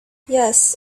yes